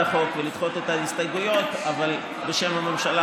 החוק ולדחות את ההסתייגויות בשם הממשלה,